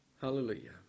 Hallelujah